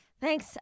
Thanks